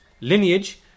lineage